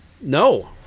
No